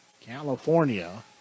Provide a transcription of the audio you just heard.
California